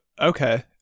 okay